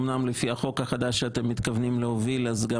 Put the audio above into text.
אמנם לפי החוק החדש שאתם מתכוונים להוביל אז גם